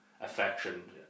affection